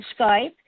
Skype